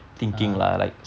(uh huh)